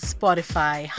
Spotify